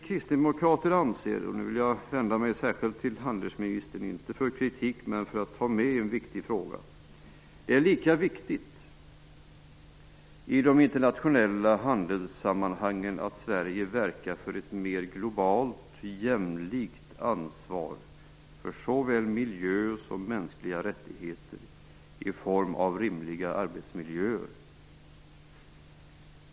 Jag vill nu vända mig särskilt till handelsministern, inte för att framföra kritik men för att ta upp en viktig fråga. Vi kristdemokrater anser att det är lika viktigt i de internationella handelssammanhangen att Sverige verkar för ett mer globalt och jämlikt ansvar för såväl miljö som mänskliga rättigheter i form av rimliga arbetsmiljöer.